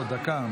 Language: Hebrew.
לא, דקה.